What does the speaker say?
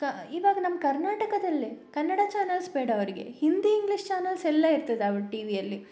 ಇವಾಗ ನಮ್ಮ ಕರ್ನಾಟಕದಲ್ಲೇ ಕನ್ನಡ ಚಾನೆಲ್ಸ್ ಬೇಡ ಅವರಿಗೆ ಹಿಂದಿ ಇಂಗ್ಲೀಷ್ ಚಾನೆಲ್ಸ್ ಎಲ್ಲ ಇರ್ತದೆ ಅವರ ಟಿ ವಿಯಲ್ಲಿ